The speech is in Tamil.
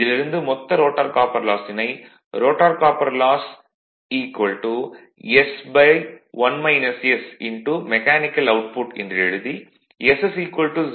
இதிலிருந்து மொத்த ரோட்டார் காப்பர் லாஸினை s மெக்கானிக்கல் அவுட்புட் என்று எழுதி s 0